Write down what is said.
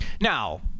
Now